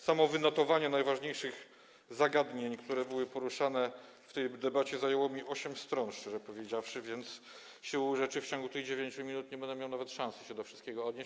Samo wynotowanie najważniejszych zagadnień, które były poruszane w tej debacie, zajęło osiem stron, szczerze powiedziawszy, więc siłą rzeczy w ciągu tych 9 minut nie będę miał nawet szansy do wszystkiego się odnieść.